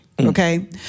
Okay